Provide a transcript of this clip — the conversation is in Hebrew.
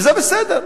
וזה בסדר.